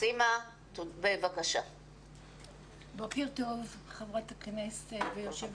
בוקר טוב חברת הכנסת ויושבת